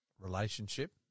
relationship